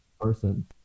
person